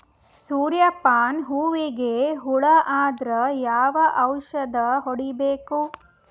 ಸೂರ್ಯ ಪಾನ ಹೂವಿಗೆ ಹುಳ ಆದ್ರ ಯಾವ ಔಷದ ಹೊಡಿಬೇಕು?